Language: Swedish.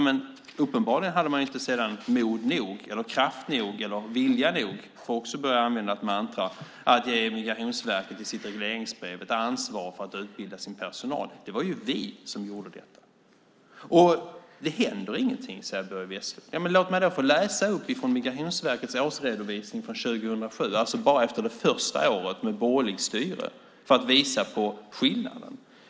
Men uppenbarligen hade man sedan inte mod nog, kraft nog eller vilja nog - för att använda ett mantra - att ge Migrationsverket i dess regleringsbrev ett ansvar för att utbilda sin personal. Det var vi som gjorde detta. Det händer ingenting, säger Börje Vestlund. Låt mig då få tala om vad som står i Migrationsverkets årsredovisning från 2007, alltså efter bara det första året med borgerligt styre, för att visa på skillnaden.